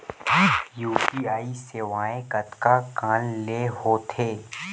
UPI सेवाएं कतका कान ले हो थे?